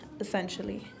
essentially